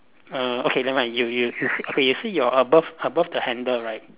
uh okay never mind you you you s~ okay you see your above above the handle right